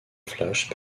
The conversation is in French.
flash